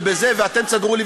וב"אתם תסדרו לי,